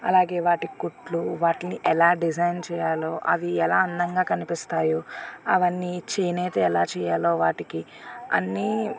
అలాగే వాటి కుట్లు వాటిని ఎలా డిజైన్ చేయాలో అవి ఎలా అందంగా కనిపిస్తాయి అవి అన్నీ చేనేత ఎలా చేయాలో వాటికి అన్నీ